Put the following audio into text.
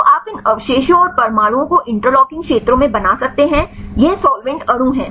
तो आप इन अवशेषों और परमाणुओं को इंटरलॉकिंग क्षेत्रों में बना सकते हैं यह साल्वेंट अणु है